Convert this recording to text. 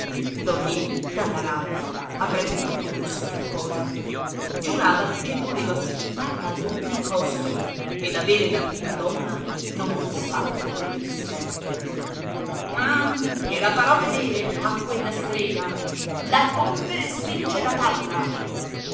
ninì dalla rabbia avrebbe fatto non so che cosa giurava che voleva spuntarla ad ogni costo ed avere la prima donna non fosse altro per dispetto ah gliela farò vedere a quella strega la polvere spinge la palla